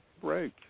break